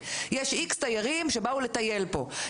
יש X תיירים שבאו לטייל פה,